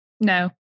No